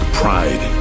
pride